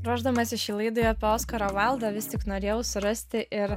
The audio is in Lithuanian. ruošdamasis šiai laidai apie oskarą vaildą vis tik norėjau surasti ir